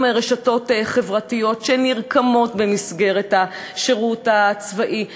עם רשתות חברתיות שנרקמות במסגרת השירות הצבאי.